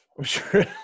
Sure